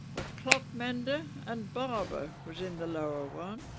a clock mender and barber, was in the lower one